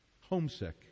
Homesick